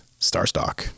Starstock